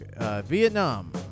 Vietnam